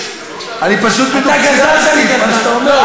אני פשוט בדיוק צייצתי את מה שאתה אומר,